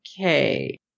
okay